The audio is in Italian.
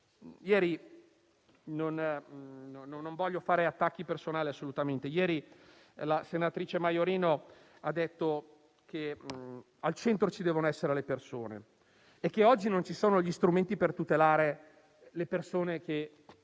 mente. Non voglio fare attacchi personali, assolutamente. Ieri la senatrice Maiorino ha detto che al centro ci devono essere le persone e che oggi non ci sono gli strumenti per tutelare le persone che